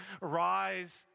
rise